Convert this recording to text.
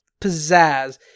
pizzazz